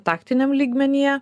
taktiniam lygmenyje